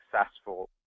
successful